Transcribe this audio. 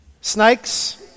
Snakes